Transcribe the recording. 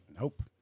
Nope